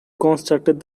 constructed